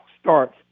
starts